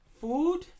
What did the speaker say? food